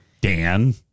Dan